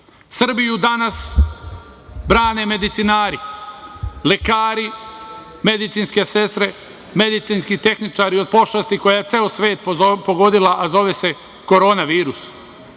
Srbiju danas brane medicinari, lekari, medicinske sestre, medicinski tehničari od pošasti koja je ceo svet pogodila, a zove se korona virus.